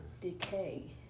decay